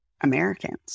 Americans